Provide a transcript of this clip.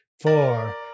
four